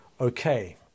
okay